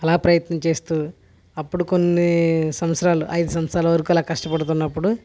అలా ప్రయత్నం చేస్తూ అప్పుడు కొన్ని సంవత్సరాలు ఐదు సంవత్సరాలు వరకు అలా కష్టపడుతున్నప్పుడు